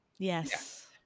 Yes